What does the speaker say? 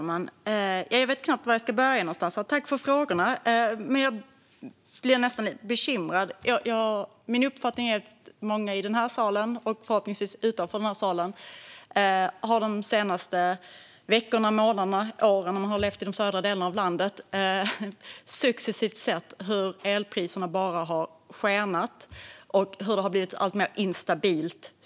Herr talman! Jag vet knappt var jag ska börja. Tack för frågorna, ledamoten! Jag blir nästan lite bekymrad. Min uppfattning är att många i den här salen och förhoppningsvis även utanför den de senaste veckorna och månaderna - eller åren, om man levt i de södra delarna av landet - successivt har sett elpriserna skena och systemet bli alltmer instabilt.